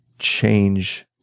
change